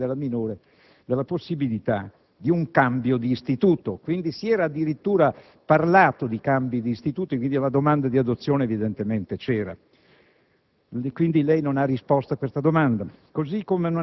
avrebbe ipotizzato quale soluzione per la situazione della minore la possibilità di un cambio di istituto». Si era addirittura parlato di cambi di istituto, quindi la domanda di adozione evidentemente c'era.